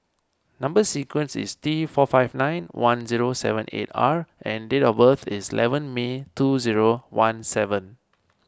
Number Sequence is T four five nine one zero seven eight R and date of birth is eleven May two zero one seven